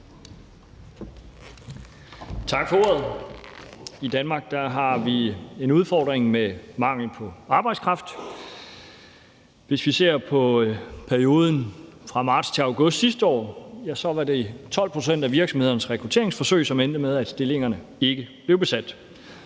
Tak for ordet. I Danmark har vi en udfordring med mangel på arbejdskraft. Hvis vi ser på perioden fra marts til august sidste år, var det 12 pct. af virksomhedernes rekrutteringsforsøg, som endte med, at stillingerne ikke blev besat.